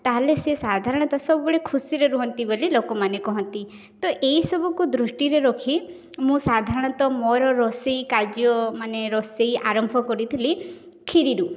ତା'ହେଲେ ସିଏ ସାଧାରଣତଃ ସବୁବେଳେ ଖୁସିରେ ରୁହନ୍ତି ବୋଲି ଲୋକମାନେ କହନ୍ତି ତ ଏଇସବୁକୁ ଦୃଷ୍ଟିରେ ରଖି ମୁଁ ସାଧାରଣତଃ ମୋର ରୋଷେଇ କାର୍ଯ୍ୟ ମାନେ ରୋଷେଇ ଆରମ୍ଭ କରିଥିଲି କ୍ଷିରିରୁ